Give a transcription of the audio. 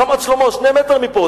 רמת-שלמה, שני מטרים מפה.